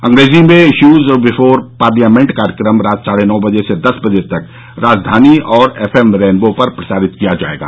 अंग्रेजी में issues before parliament कार्यक्रम रात साढे नौ बजे से दस बजे तक राजधानी और एफ एम रेनबो पर प्रसारित किया जाएगा